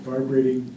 Vibrating